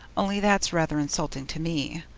only that's rather insulting to me.